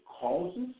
causes